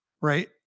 Right